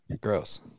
Gross